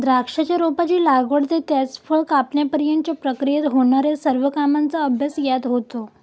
द्राक्षाच्या रोपाची लागवड ते त्याचे फळ कापण्यापर्यंतच्या प्रक्रियेत होणार्या सर्व कामांचा अभ्यास यात होतो